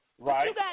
Right